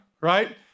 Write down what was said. right